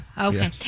Okay